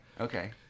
Okay